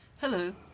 Hello